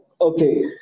Okay